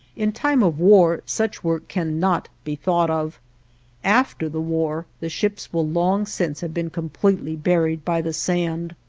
in time of war such work cannot be thought of after the war the ships will long since have been completely buried by the sand.